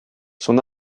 son